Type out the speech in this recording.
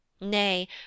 Nay